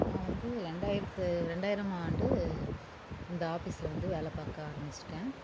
நான் வந்து ரெண்டாயிரத்து ரெண்டாயிரம் ஆண்டு இந்த ஆபிஸில் வந்து வேலை பார்க்க ஆரமிச்சிவிட்டேன்